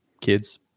kids